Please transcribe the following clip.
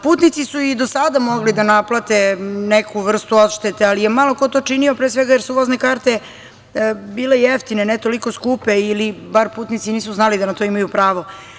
Putnici su i do sada mogli da naplate neku vrstu odštete, ali je malo ko to činio, pre svega jer su vozne karte bile jeftine, ne toliko skupe, ili bar putnici nisu znali da na to imaju pravo.